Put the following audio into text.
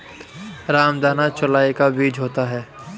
रामदाना चौलाई का बीज होता है